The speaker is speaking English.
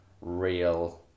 real